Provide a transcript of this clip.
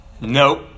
nope